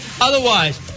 Otherwise